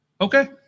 Okay